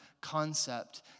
concept